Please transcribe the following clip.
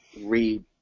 read